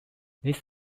this